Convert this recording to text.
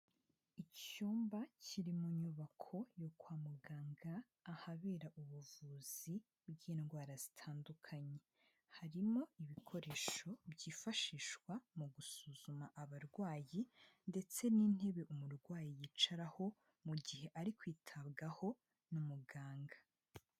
Icyumba kiri mu nyubako yo kwa muganga, ahabera ubuvuzi bw'indwara zitandukanye. Harimo ibikoresho byifashishwa mu gusuzuma abarwayi ndetse n'intebe umurwayi yicaraho mu gihe ari kwitabwaho na muganga.